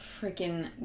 freaking